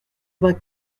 vingt